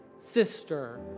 sister